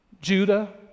Judah